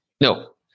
No